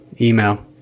Email